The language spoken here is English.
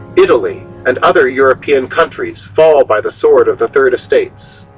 italy and other european countries fall by the sword of the third estates.